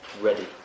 ready